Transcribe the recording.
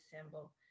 symbol